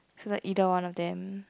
so that either one of them